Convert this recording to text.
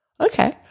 Okay